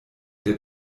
der